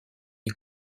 des